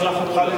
מה קרה?